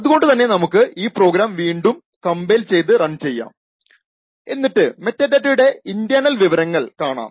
അതുകൊണ്ടു നമുക്ക് ഈ പ്രോഗ്രാം വീണ്ടും കംപൈൽ ചെയ്തു റൺ ചെയ്യാം എന്നിട്ട് മെറ്റാഡാറ്റയുടെ ഇൻടെർണൽ വിവരങ്ങൾ കാണാം